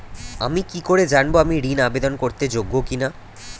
আমি কি করে জানব আমি ঋন আবেদন করতে যোগ্য কি না?